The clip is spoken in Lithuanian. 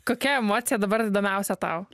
kokia emocija dabar įdomiausia tau